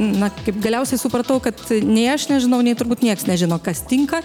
na kaip galiausiai supratau kad nei aš nežinau nei turbūt nieks nežino kas tinka